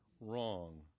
wrong